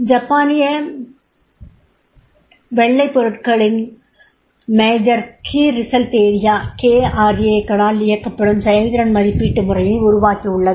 ஜப்பானிய வெள்ளைப் பொருட்களில் major key result area key result areas க்களால் இயக்கப்படும் செயல்திறன் மதிப்பீட்டு முறையை உருவாக்கியுள்ளது